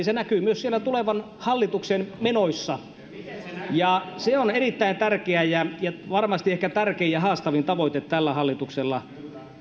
se näkyy myös siellä tulevan hallituksen menoissa se on erittäin tärkeä ja ja varmasti ehkä tärkein ja haastavin tavoite tällä hallituksella